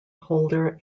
holder